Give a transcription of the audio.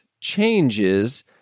changes